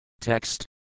Text